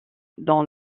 dans